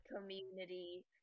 community